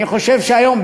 אני חושב שהיום,